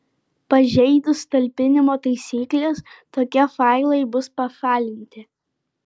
pažeidus talpinimo taisykles tokie failai bus pašalinti